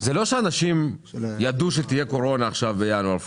זה לא שאנשים ידעו שתהיה קורונה בינואר-פברואר